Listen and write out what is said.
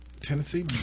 Tennessee